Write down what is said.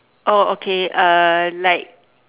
oh okay uh like